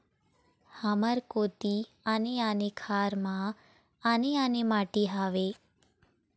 हमर कोती आने आने खार म आने आने माटी हावे?